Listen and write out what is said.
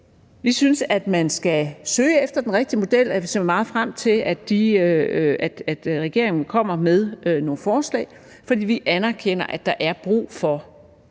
Vi synes, at man skal søge efter den rigtige model, og vi ser meget frem til, at regeringen kommer med nogle forslag, for vi anerkender, at der er brug for